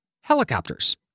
helicopters